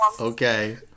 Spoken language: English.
Okay